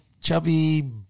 chubby